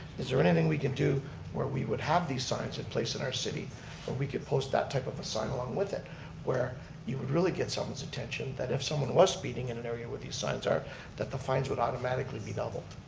is there anything we can do where we would have these signs in place in our city where we could post that type of a sign along with it where you would really get someone's attention, that if someone was speeding in an area where these signs are that the fines would automatically be doubled?